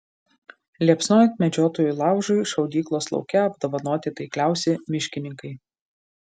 liepsnojant medžiotojų laužui šaudyklos lauke apdovanoti taikliausi miškininkai